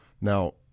Now